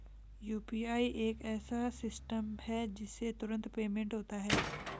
UPI एक ऐसा system है जिससे तुरंत पेमेंट होता है